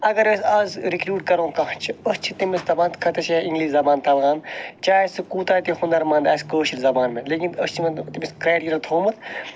اگر أسۍ آز رِکریوٗٹ کرو کانٛہہ أسۍ چھِ تمِس دَپان ژےٚ چھے یہ اِنٛگلِز زَبان تَگان چاہے سُہ کوٗتاہ تہِ ہُنَر منٛد آسہِ کٲشٕر زَبان مَنٛز أسۍ چھ وۄنۍ تمِس کرایٹیٖریا تھومُت